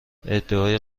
ادعای